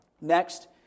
Next